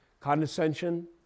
Condescension